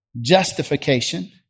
justification